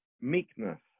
meekness